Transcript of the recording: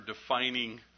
defining